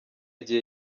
gihe